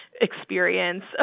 experience